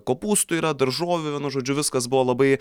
kopūstų yra daržovių vienu žodžiu viskas buvo labai